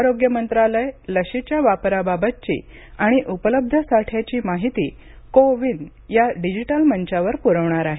आरोग्य मंत्रालय लशीच्या वापराबाबतची आणि उपलब्ध साठ्याची माहिती को विन या डिजिटल मंचावर पुरवणार आहे